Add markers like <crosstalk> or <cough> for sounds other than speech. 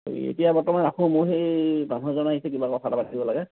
<unintelligible> এতিয়া বৰ্তমান ৰাখোঁ মোৰ সেই মানুহজন আহিছে কিমান কথা এটা পাতিব লাগে